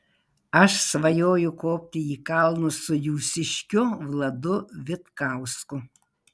aš svajoju kopti į kalnus su jūsiškiu vladu vitkausku